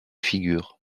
figures